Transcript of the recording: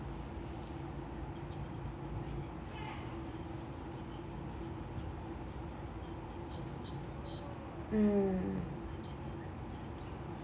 mm